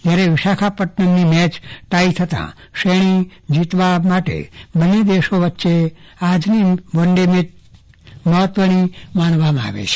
જ્યારે વિશાખાપટ્ટનમની match tie થતાં શ્રેણી જીતવા માટે બન્ને દેશો વચ્ચે ચોથી વનડે મેચ મહત્વની માનવામાં આવે છે